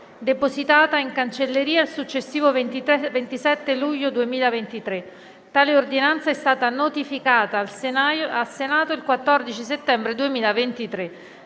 depositata in cancelleria il successivo 27 luglio 2023. Tale ordinanza è stata notificata al Senato il 14 settembre 2023.